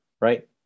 right